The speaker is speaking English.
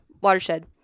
watershed